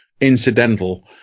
incidental